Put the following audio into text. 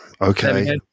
okay